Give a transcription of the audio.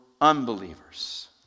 unbelievers